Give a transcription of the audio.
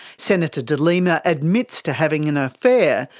senator de lima admits to having an affair,